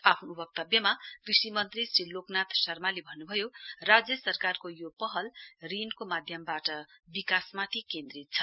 आफ्नो वक्तव्यमा कृषि मन्त्री श्री लोकनाथ शर्माले भन्नुभयो राज्य सरकारको यो पहल ऋणको माध्यवाट विकासमाथि केन्द्रित छ